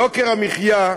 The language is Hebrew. יוקר המחיה,